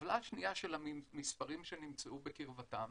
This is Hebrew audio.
וטבלה שנייה של המספרים שנמצאים בקרבתם,